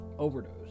overdose